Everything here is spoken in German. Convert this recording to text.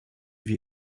wir